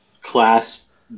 class